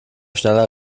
schneller